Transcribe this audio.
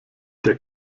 der